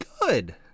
good